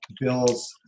bills